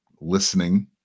listening